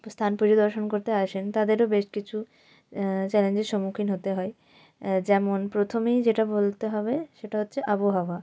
স্থান পরিদর্শন করতে আসেন তাদেরও বেশ কিছু চ্যালেঞ্জের সম্মুখীন হতে হয় যেমন প্রথমেই যেটা বলতে হবে সেটা হচ্ছে আবহাওয়া